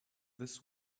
this